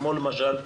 כמו למשל?